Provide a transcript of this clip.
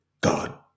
God